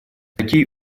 такие